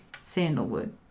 sandalwood